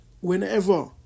whenever